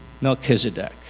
Melchizedek